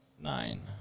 nine